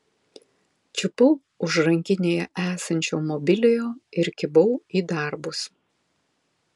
čiupau už rankinėje esančio mobiliojo ir kibau į darbus